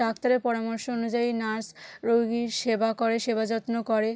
ডাক্তারের পরামর্শ অনুযায়ী নার্স রোগীর সেবা করে সেবা যত্ন করে